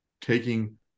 taking